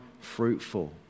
fruitful